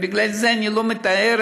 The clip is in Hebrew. ובגלל זה אני לא מתארת,